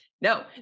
no